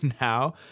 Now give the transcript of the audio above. now